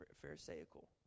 pharisaical